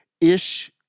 ish